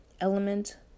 element